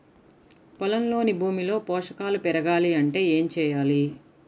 పొలంలోని భూమిలో పోషకాలు పెరగాలి అంటే ఏం చేయాలి?